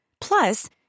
Plus